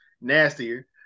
nastier